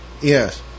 Yes